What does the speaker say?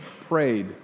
prayed